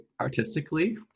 artistically